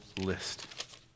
list